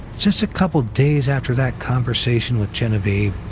just a couple days after that conversation with genevieve,